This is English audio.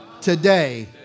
today